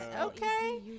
Okay